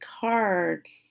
cards